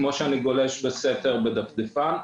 כמו שאני גולש בסתר בדפדפן.